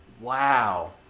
Wow